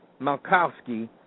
Malkowski